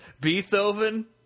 Beethoven